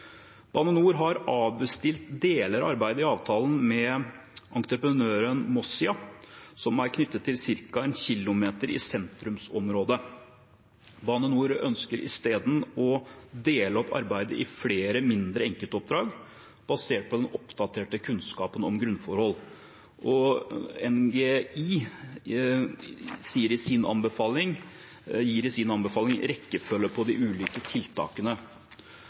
Bane NOR har avbestilt deler av arbeidet i avtalen med entreprenøren Mossia, som er knyttet til ca. 1 km i sentrumsområdet. Bane NOR ønsker i stedet å dele opp arbeidet i flere mindre enkeltoppdrag basert på den oppdaterte kunnskapen om grunnforhold. NGI gir i sin anbefaling en rekkefølge på de ulike tiltakene.